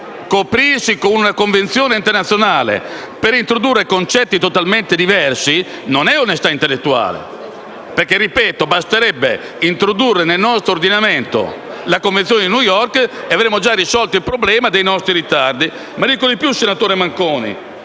Coprirsi con una convenzione internazionale per introdurre concetti totalmente diversi non è onestà intellettuale, perché - ripeto - basterebbe introdurre nel nostro ordinamento la Convenzione di New York ed avremmo già risolto il problema dei nostri ritardi. Ma dico di più al senatore Manconi.